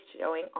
showing